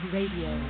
Radio